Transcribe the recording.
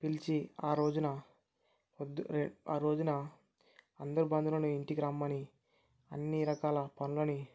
పిలిచి ఆ రోజున పొద్దునే ఆ రోజున అందరు బంధువులను ఇంటికి రమ్మని అన్ని రకాల పనులని